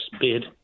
bid